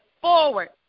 forward